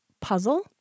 puzzle